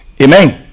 Amen